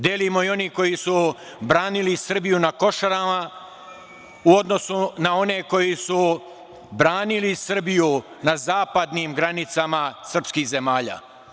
Delimo i one koji su branili Srbiju na Košarama, u odnosu na one koji su branili Srbiju na zapadnim granicama srpskih zemalja.